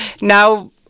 now